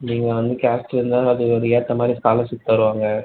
நீங்கள் வந்து கேஸ்ட்டு இருந்தாலும் அதுக்கு ஏற்ற மாதிரி ஸ்காலர்ஷிப் தருவாங்க